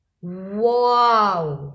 Wow